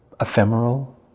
ephemeral